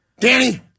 Danny